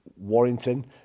Warrington